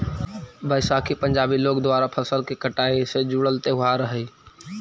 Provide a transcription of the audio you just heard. बैसाखी पंजाबी लोग द्वारा फसल के कटाई से जुड़ल त्योहार हइ